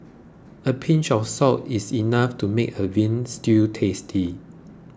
a pinch of salt is enough to make a Veal Stew tasty